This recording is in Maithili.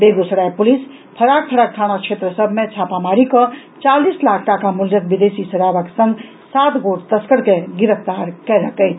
बेगूसराय पुलिस फराक फराक थाना क्षेत्र सभ मे छापामारी कऽ चालीस लाख टाका मूल्यक विदेशी शराबक संग सात गोट तस्कर के गिरफ्तार कयलक अछि